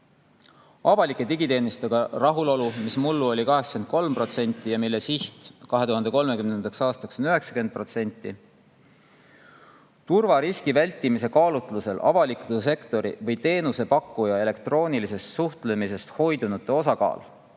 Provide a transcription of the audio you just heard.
Avalike digiteenustega rahulolu oli mullu 83% ja selle siht 2030. aastaks on 90%. Turvariski vältimise kaalutlusel avaliku sektoriga või teenusepakkujaga elektroonilisest suhtlemisest hoidunute osakaal